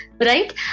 right